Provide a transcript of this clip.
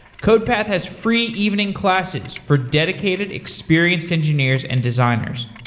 codepath has free evening classes for dedicated experienced engineers and designers.